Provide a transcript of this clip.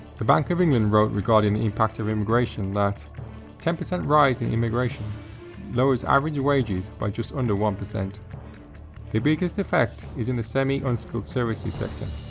the bank of england wrote regarding the impact of immigration that ten percent rise in immigration lowers average wages by just under one percent the biggest effect is in the semi unskilled services sector,